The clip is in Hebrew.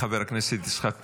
חבר הכנסת יצחק פינדרוס,